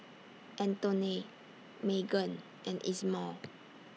Antoine Maegan and Ismael